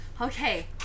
Okay